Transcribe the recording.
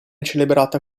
celebrata